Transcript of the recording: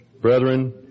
Brethren